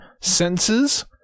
senses